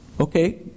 okay